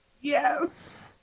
Yes